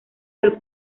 del